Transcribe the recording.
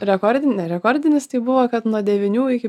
rekordin ne rekordinis tai buvo kad nuo devynių iki